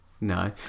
No